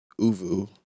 Uvu